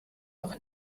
auch